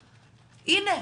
הנה,